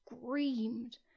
screamed